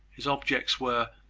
his objects were,